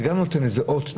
זה גם נותן איזה אות.